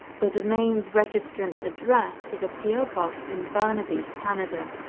the domain's registrant address is a po box in burnaby, canada.